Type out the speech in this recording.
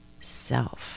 self